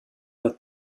with